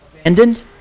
abandoned